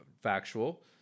factual